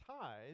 ties